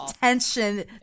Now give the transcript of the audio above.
tension